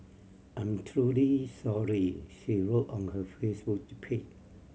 I'm truly sorry she wrote on her Facebook page